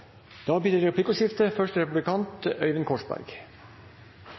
Da blir det